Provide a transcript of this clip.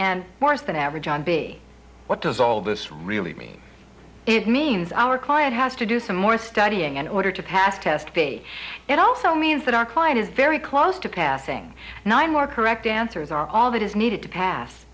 and more us than average on b what does all this really mean it means our client has to do some more studying in order to pass test b it also means that our client is very close to passing now and more correct answers are all that is needed to pass